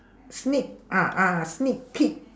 sneak ah ah sneak peek